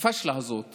הפשלה הזאת